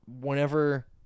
whenever